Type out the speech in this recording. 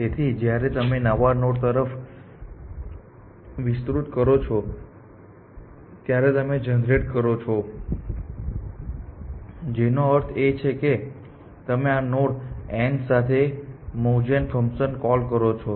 તેથી જ્યારે તમે નવા નોડ તરફ વિસ્તૃત કરો છો ત્યારે તમે જનરેટ કરો છો જેનો અર્થ એ છે કે તમે આ નોડ n સાથે moveGen ફંક્શનને કોલ કરો છો